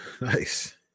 nice